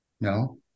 No